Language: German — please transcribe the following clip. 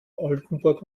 oldenburg